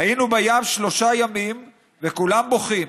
היינו בים שלושה ימים וכולם בוכים,